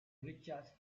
richard